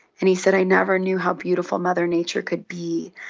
and he said i never knew how beautiful mother nature could be.